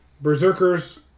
berserkers